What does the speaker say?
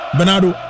Bernardo